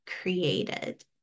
created